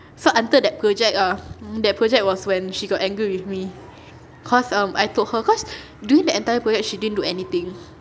so until that project ah that project was when she got angry with me cause um I told her cause during the entire period she didn't do anything